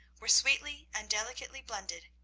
were sweetly and delicately blended.